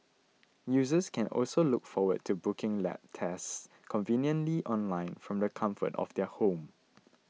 users can also look forward to booking lab tests conveniently online from the comfort of their home